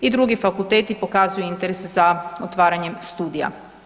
I drugi fakulteti pokazuju interes za otvaranjem studija.